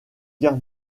guerre